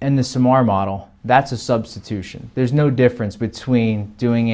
and the some are model that's a substitution there's no difference between doing